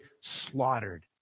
slaughtered